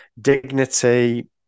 dignity